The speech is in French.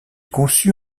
conçut